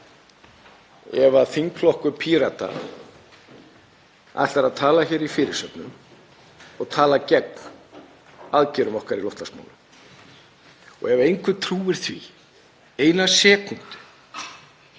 ef þingflokkur Pírata ætlar að tala hér í fyrirsögnum og tala gegn aðgerðum okkar í loftslagsmálum. Ef einhver trúir því í eina sekúndu